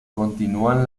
continúan